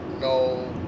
no